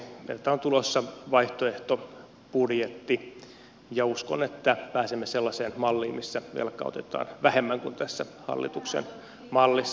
meiltä on tulossa vaihtoehtobudjetti ja uskon että pääsemme sellaiseen malliin missä velkaa otetaan vähemmän kuin tässä hallituksen mallissa